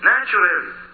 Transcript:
Naturally